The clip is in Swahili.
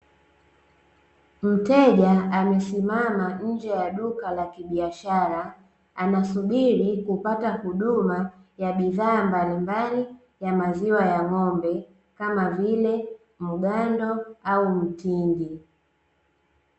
Mteja amesimama nje ya duka la kibiashara anasubiri kupata huduma ya bidhaa mbalimbali ya maziwa ya ng'ombe kama vile mgando au mtindi.